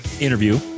interview